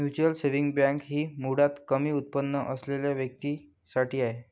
mutual saving bank ही मुळात कमी उत्पन्न असलेल्या व्यक्तीं साठी आहे